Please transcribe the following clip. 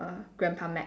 grandpa max